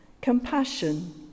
compassion